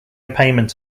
payment